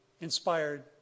inspired